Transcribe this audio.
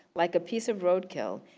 like a piece of roadkill.